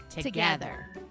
together